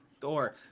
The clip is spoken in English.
Thor